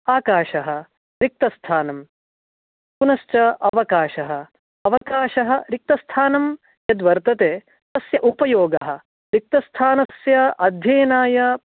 आकाशः रिक्तस्थानं पुनश्च अवकाशः अवकाशः रिक्तस्थानं यद्वर्तते तस्य उपयोगः रिक्तस्थानस्य अध्ययनाय